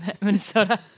Minnesota